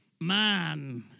man